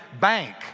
bank